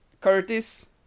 Curtis